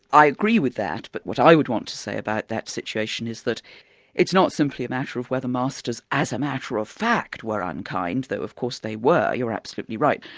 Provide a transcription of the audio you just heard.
i agree with that, but what i would want to say about that situation is that it's not simply a matter of whether masters as a matter of fact were unkind, though of course they were, you're absolutely right,